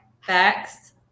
Facts